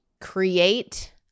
create